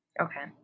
Okay